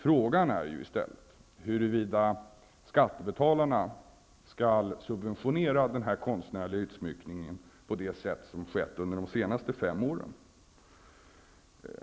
Frågan är ju i stället huruvida skattebetalarna skall subventionera denna konstnärliga utsmyckning på det sätt som skett under de senaste fem åren.